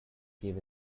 gives